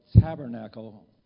tabernacle